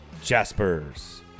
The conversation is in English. Jaspers